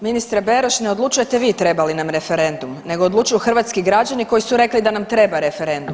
Ministre Beroš, ne odlučujete vi treba li nam referendum nego odlučuju hrvatski građani koji su rekli da nam treba referendum.